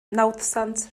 nawddsant